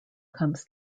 comes